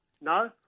No